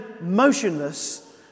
motionless